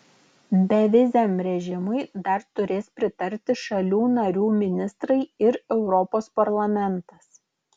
beviziam režimui dar turės pritarti šalių narių ministrai ir europos parlamentas